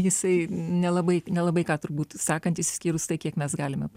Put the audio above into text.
jisai nelabai nelabai ką turbūt sakantis išskyrus tai kiek mes galime